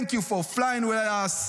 Thank you for flying with us.